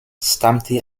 stammte